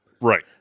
Right